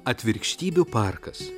atvirkštybių parkas